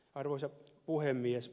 arvoisa puhemies